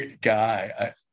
guy